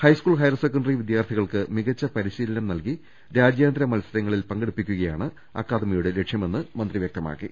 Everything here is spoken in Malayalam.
ഹൈസ്കൂൾ ഹയർ സെക്കന്ററി വിദ്യാർത്ഥികൾക്ക് മികച്ച പരിശീ ലനം നൽകി രാജ്യാന്തര മത്സരങ്ങളിൽ പങ്കെടുപ്പിക്കുകയാണ് അക്കാ ദമിയുടെ ലക്ഷ്യമെന്ന് മന്ത്രി വൃക്തമാക്കി